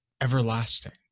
everlasting